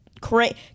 crazy